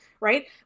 Right